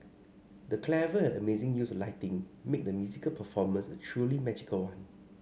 the clever and amazing use of lighting made the musical performance a truly magical one